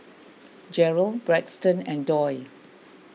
Jeryl Braxton and Doyle